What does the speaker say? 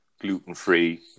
gluten-free